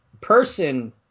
person